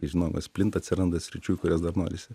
žinojimas plinta atsiranda sričių kurias dar norisi